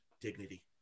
dignity